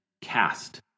cast